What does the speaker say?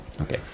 Okay